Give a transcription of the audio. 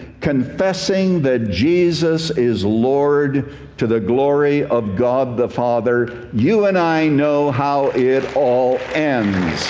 confessing that jesus is lord to the glory of god the father. you and i know how it all. and